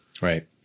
right